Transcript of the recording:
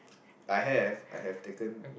I have I have taken